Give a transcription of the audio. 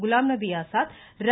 Ghulam Nabi Azad ர்